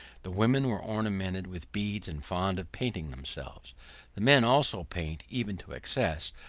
the women are ornamented with beads, and fond of painting themselves the men also paint, even to excess,